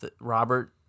Robert